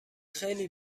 خیلی